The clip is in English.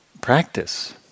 practice